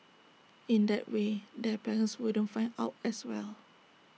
in that way their parents wouldn't find out as well